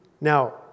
now